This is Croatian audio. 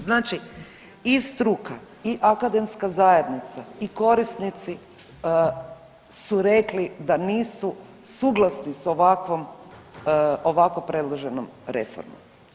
Znači i struka i akademska zajednica i korisnici su rekli da nisu suglasni s ovakvom, ovako predloženom reformom.